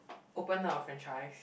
open up a franchise